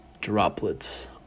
droplets